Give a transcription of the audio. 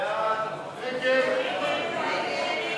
ההסתייגויות לסעיף 40,